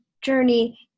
journey